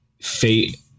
Fate